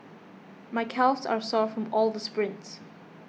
my calves are sore from all the sprints